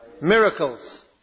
Miracles